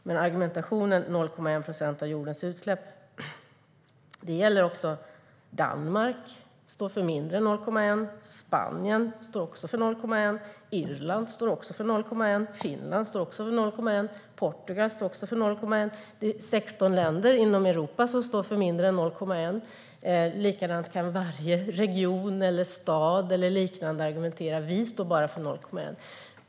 Men argumentationen om 0,1 procent av jordens utsläpp gäller också Danmark, som står för mindre än 0,1 procent. Spanien står också för 0,1 procent. Irland står också för 0,1 procent. Finland står också för 0,1 procent. Portugal står också för 0,1 procent. Det är 16 länder inom Europa som står för mindre än 0,1 procent av jordens utsläpp. Varje region eller stad eller liknande kan argumentera likadant: Vi står bara för 0,1 procent.